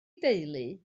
deulu